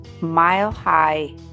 mile-high